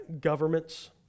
governments